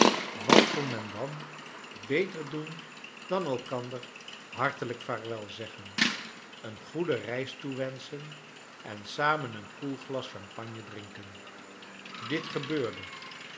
wat kon men dan beter doen dim elkander hartelijk vaarwel zeggen een goede reis toewenschen en samen een koel glas champagne drinken dit gebeurde